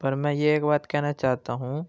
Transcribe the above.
پر میں یہ ایک کہنا چاہتا ہوں